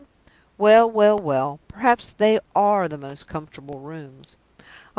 well! well! well! perhaps they are the most comfortable rooms.